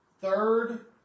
Third